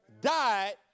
died